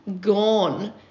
gone